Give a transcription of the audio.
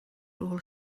rôl